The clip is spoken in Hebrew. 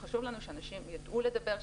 חשוב לנו שאנשים יידעו לדבר,